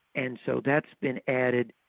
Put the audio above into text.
and so that's been added.